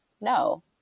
No